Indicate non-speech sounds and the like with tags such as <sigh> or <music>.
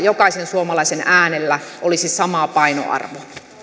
<unintelligible> jokaisen suomalaisen äänellä olisi sama painoarvo